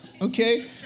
Okay